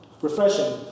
refreshing